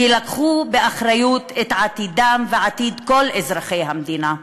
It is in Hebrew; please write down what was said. כי לקחו באחריות את עתידם ועתיד כל אזרחי המדינה.